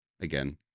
again